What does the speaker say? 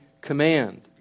command